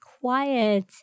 quiet